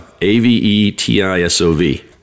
A-V-E-T-I-S-O-V